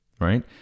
right